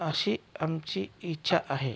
अशी आमची इच्छा आहे